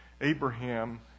Abraham